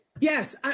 Yes